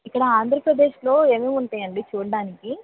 ఇక్కడ ఆంధ్రప్రదేశ్లో ఏమేం ఉంటాయండీ చూడటానికి